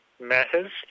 matters